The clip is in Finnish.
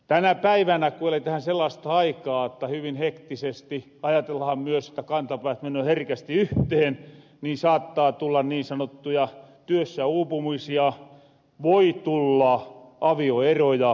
tänä päivänä ku eletähän sellaasta aikaa jotta hyvin hektisesti ajatellahan myös jotta kantapäät menöö herkästi yhtehen niin saattaa tulla niin sanottuja työssäuupumisia voi tulla avioeroja